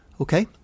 Okay